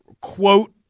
quote